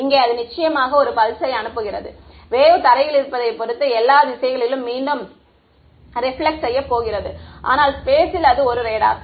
இங்கே அது நிச்சயமாக ஒரு பல்ஸை அனுப்புகிறது வேவ் தரையில் இருப்பதைப் பொறுத்து எல்லா திசைகளிலும் மீண்டும் ரெபிலக்ட் செய்ய போகிறது ஆனால் ஸ்பேஸ் ல் அது ஒரு ரேடார்